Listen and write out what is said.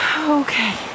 Okay